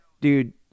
dude